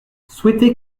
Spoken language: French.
souhaiter